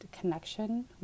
connection